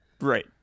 Right